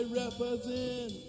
represent